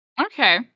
Okay